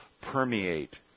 permeate